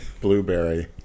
Blueberry